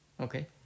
okay